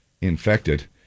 infected